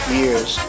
years